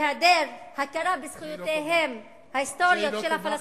בהיעדר הכרה בזכויותיהם ההיסטוריות של הפלסטינים,